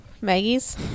Maggie's